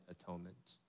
atonement